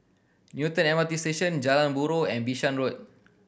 Newton M R T Station Jalan Buroh and Bishan Road